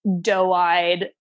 doe-eyed